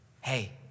hey